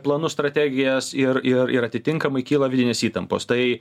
planus strategijas ir ir ir atitinkamai kyla vidinės įtampos tai